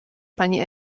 pani